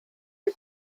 die